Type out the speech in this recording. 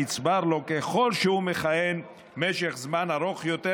הנצבר לו ככל שהוא מכהן במשך זמן ארוך יותר,